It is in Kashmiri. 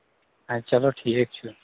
اَدٕ چلو ٹھیٖک چھُ